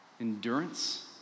endurance